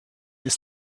ist